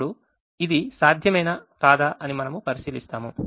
ఇప్పుడు ఇది సాధ్యమేనా కాదా అని మనము పరిశీలిస్తాము